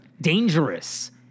Dangerous